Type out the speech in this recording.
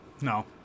no